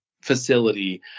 facility